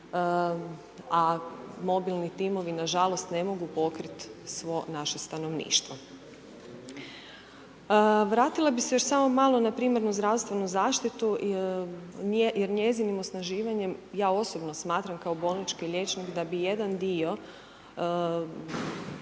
a mobilni timovi nažalost ne mogu pokrit svo naše stanovništvo. Vratila bih se još samo malo na primarnu zdravstvenu zaštitu jer njezinim osnaživanjem, ja osobno smatram kao bolnički liječnik, da bi jedan dio